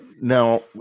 now